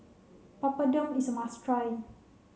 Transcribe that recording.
Papadum is a must try